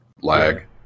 lag